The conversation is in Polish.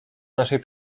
naszej